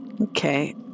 Okay